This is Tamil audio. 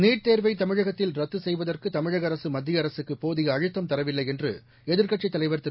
நீட் தேர்வை தமிழகத்தில் ரத்து செய்வதற்கு தமிழக அரசு மத்திய அரசுக்கு போதிய அழுத்தம் தரவில்லை என்று எதிர்கட்சி தலைவர் திரு